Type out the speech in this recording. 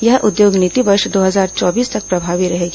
यह उद्योग नीति वर्ष दो हजार चौबीस तक प्रभावी रहेगी